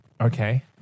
okay